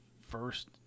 first